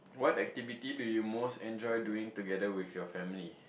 what activity do you most enjoy doing together with your family